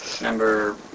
number